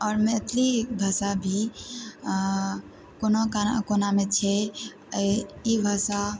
आओर मैथिली भाषा भी कोनो कारण कोनामे छै ई भाषा